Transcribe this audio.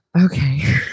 Okay